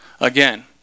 again